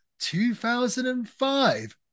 2005